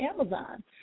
Amazon